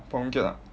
phua boon kiat ah